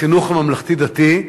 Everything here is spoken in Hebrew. חינוך ממלכתי-דתי,